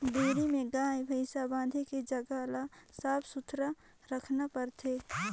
dairy में गाय, भइसी बांधे के जघा ल साफ सुथरा रखना परथे